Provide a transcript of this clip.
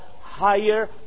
higher